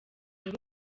muri